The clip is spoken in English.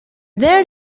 there